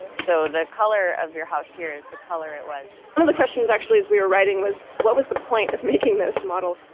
so the color of your house here is the color it was another question is actually, as we were riding, was what was the point of making this model?